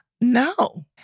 no